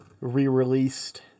re-released